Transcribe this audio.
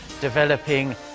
developing